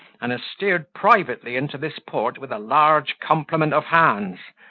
and has steered privately into this port with a large complement of hands,